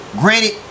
Granted